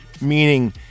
meaning